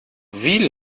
wie